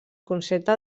concepte